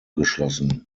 geschlossen